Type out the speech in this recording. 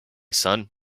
son